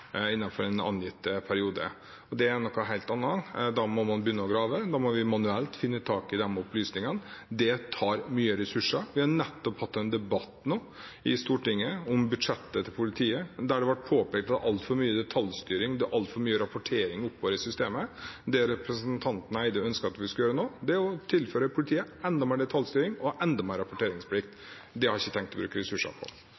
en angitt periode. Det er noe helt annet, da må man begynne å grave, da må vi manuelt finne tak i de opplysningene. Det tar mye ressurser. Vi har nettopp hatt en debatt i Stortinget om budsjettet til politiet der det ble påpekt at det er altfor mye detaljstyring, det er altfor mye rapportering oppover i systemet. Det representanten Eide ønsker at vi skal gjøre nå, er å påføre politiet enda mer detaljstyring og enda mer rapporteringsplikt. Det har jeg ikke tenkt å bruke ressurser på.